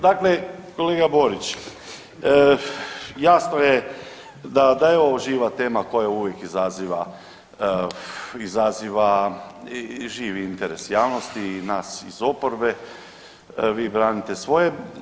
Dakle kolega Borić, jasno je da je ovo živa tema koja uvijek izaziva, izaziva i živi interes javnosti i nas iz oporbe, vi branite svoje.